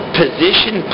position